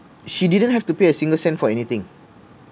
she didn't have to pay a single cent for anything